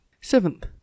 Seventh